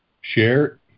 Share